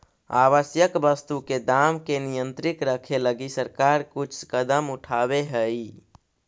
आवश्यक वस्तु के दाम के नियंत्रित रखे लगी सरकार कुछ कदम उठावऽ हइ